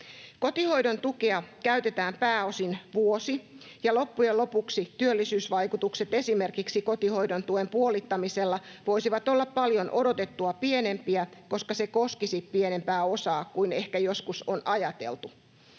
Kotihoidon tukea käytetään pääosin vuosi, ja loppujen lopuksi työllisyysvaikutukset esimerkiksi kotihoidon tuen puolittamisella voisivat olla paljon odotettua pienempiä, koska se koskisi pienempää osaa kuin ehkä joskus on ajateltu.